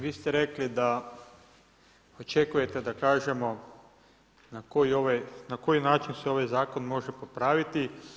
Vi ste rekli da očekujte da kažemo na koji način se ovaj zakon može popraviti.